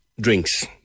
drinks